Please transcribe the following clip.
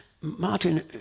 Martin